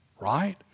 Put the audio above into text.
right